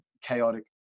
chaotic